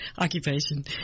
occupation